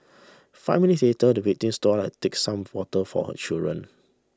five minutes later the victim stood up to take some water for her children